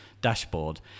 dashboard